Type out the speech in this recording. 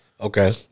Okay